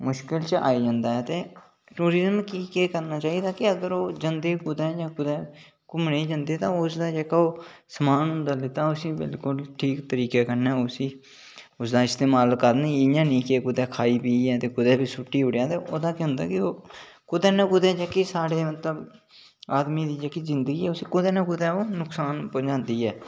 मुश्कल च आई जदां ऐ ते टूरिजम गी केह् करना चाहिदा कि जदूं कुतै जां कुतै घुम्मने गी जंदे जेह्का ओह् समान होंदा लैता दा बिल्कुल ठीक तरीके कन्नै उसी इस्तेमाल करन इयां नेईं कि कुतै खाई पीऐ कुतै बी सुट्टी ओड़ेआ पता केह् होंदा कि कुतै ना कुतै साढ़े आदमी दी जेह्की जिंदगी ऐ कुतै न कुतै औह् नुक्सान पजांदी ऐ